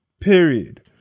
Period